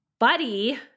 Buddy